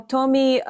Tommy